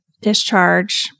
discharge